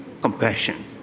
compassion